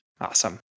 Awesome